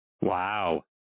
Wow